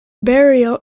burial